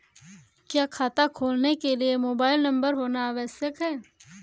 क्या खाता खोलने के लिए मोबाइल नंबर होना आवश्यक है?